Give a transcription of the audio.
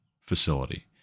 facility